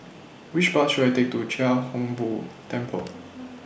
Which Bus should I Take to Chia Hung Boo Temple